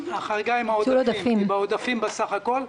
החריגה היא בעודפים בסך הכול.